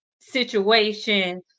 situation